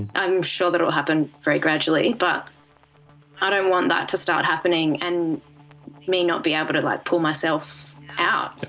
i'm sure that it will happen very gradually, but i don't want that to start happening and me not be able to like pull myself out.